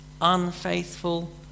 unfaithful